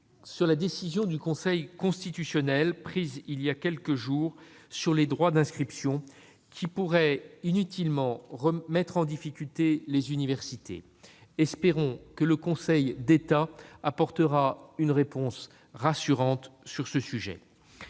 de la décision du Conseil constitutionnel, prise il y a quelques jours, sur les droits d'inscription. Elle pourrait inutilement mettre en difficulté les universités. Espérons que le Conseil d'État apportera une réponse rassurante sur ce sujet.